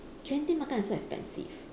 genting makan is so expensive